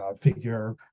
figure